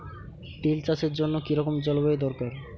তিল চাষের জন্য কি রকম জলবায়ু দরকার?